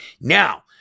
now